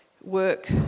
work